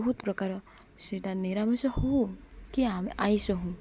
ବହୁତ ପ୍ରକାର ସେଇଟା ନିରାମିଷ ହଉ କି ଆଇଁଷ ହଉ